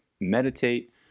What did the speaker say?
meditate